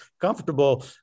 comfortable